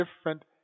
different